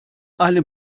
eine